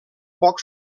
poc